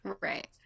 Right